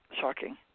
shocking